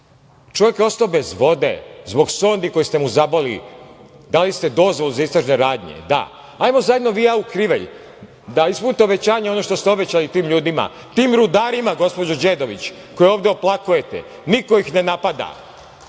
Čovek je ostao bez vode, zbog sondi koje ste mu zaboli, dali ste dozvolu za istražne radnje. Da. Hajdmo zajedno vi i ja u Krivelj, da ispunite obećanje ono što ste obećali tim ljudima, tim rudarima, gospođo Đedović koje ovde oplakujete. Niko ih ne napada,